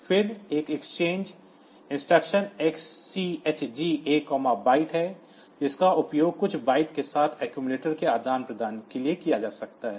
फिर एक exchange instruction XCHG A byte है जिसका उपयोग कुछ बाइट के साथ accumulator के आदान प्रदान के लिए किया जा सकता है